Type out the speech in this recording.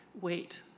Wait